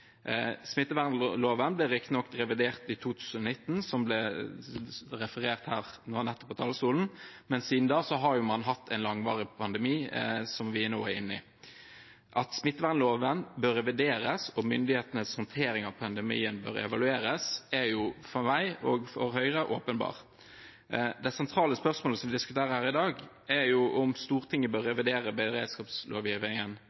Smittevernloven ble riktignok revidert i 2019, slik det nettopp ble referert til fra talerstolen, men siden da har man hatt en langvarig pandemi, som vi nå er inne i. At smittevernloven bør revideres og myndighetenes håndtering av pandemien evalueres, er for meg og for Høyre åpenbart. Det sentrale spørsmålet som vi diskuterer i dag, er om Stortinget bør